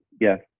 yes